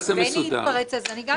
בני התפרץ אז אני גם יכולה.